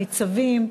ניצבים,